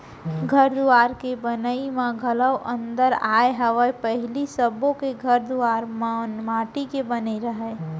घर दुवार के बनई म घलौ अंतर आय हवय पहिली सबो के घर दुवार मन माटी के बने रहय